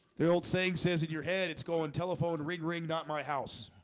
the old saying says in your head, it's going telephone ring ring. not my house